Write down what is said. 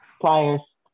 pliers